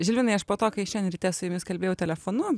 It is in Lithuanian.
žilvinai aš po to kai šiandien ryte su jumis kalbėjau telefonu